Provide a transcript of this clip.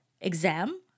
Exam